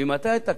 ממתי אתה כאן?